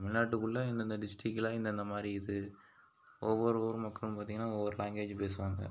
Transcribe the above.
தமிழ்நாட்டுகுள்ளே இந்தந்த டிஸ்டிரிக்ல இந்தந்த மாதிரி இது ஒவ்வொருவரும் மக்களும் பார்த்திங்கன்னா ஒவ்வொரு லாங்குவேஜ் பேசுவாங்க